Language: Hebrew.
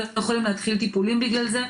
לא יכול להתחיל טיפולים בגלל זה,